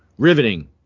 riveting